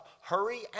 Hurry